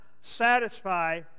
satisfy